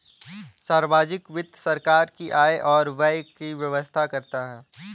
सार्वजिक वित्त सरकार की आय और व्यय की व्याख्या करता है